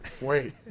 Wait